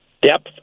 depth